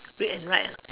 read and write lah